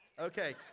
Okay